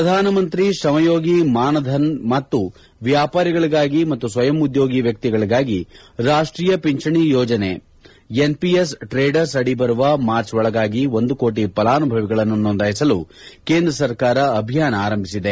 ಪ್ರಧಾನಮಂತ್ರಿ ಶ್ರಮಯೋಗಿ ಮಾನಧನ್ ಪಿಎಂಎಸ್ವೈಎಂ ಮತ್ತು ವ್ಯಾಪಾರಿಗಳಿಗಾಗಿ ಹಾಗೂ ಸ್ವಯಂ ಉದ್ಲೋಗಿ ವ್ಯಕ್ತಿಗಳಿಗೆ ರಾಷ್ಷೀಯ ಪಿಂಚಣಿ ಯೋಜನೆ ಎನ್ಪಿಎಸ್ ಟ್ರೇಡರ್ಸ್ ಅಡಿ ಬರುವ ಮಾರ್ಚ್ ಒಳಗಾಗಿ ಒಂದು ಕೋಟ ಫಲಾನುಭವಿಗಳನ್ನು ನೋಂದಾಯಿಸಲು ಕೇಂದ್ರ ಸರ್ಕಾರ ಅಭಿಯಾನ ಆರಂಭಿಸಿದೆ